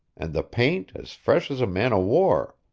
and the paint as fresh as a man-o'-war.